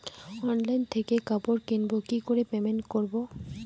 Online থেকে কাপড় কিনবো কি করে পেমেন্ট করবো?